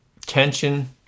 tension